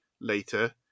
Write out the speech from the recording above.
Later